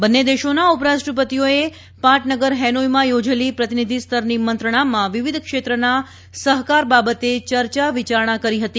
બંને દેશોના ઉપરાષ્ટ્રપતિઓએ પાટનગર ફેનોઈમાં યોજેલી પ્રતિનિધિ સ્તરની મંત્રણામાં વિવિધ ક્ષેત્રના સફકાર બાબતે ચર્ચા વિચારણા કરી ફતી